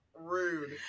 rude